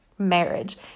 Marriage